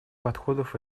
подходов